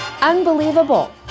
Unbelievable